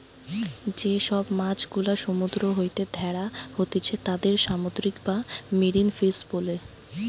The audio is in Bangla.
যে সব মাছ গুলা সমুদ্র হইতে ধ্যরা হতিছে তাদির সামুদ্রিক বা মেরিন ফিশ বোলে